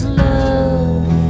love